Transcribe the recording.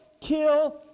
kill